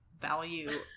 value